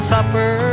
Supper